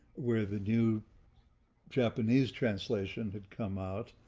where the new japanese translation had come out.